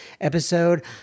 episode